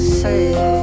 say